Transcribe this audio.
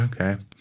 Okay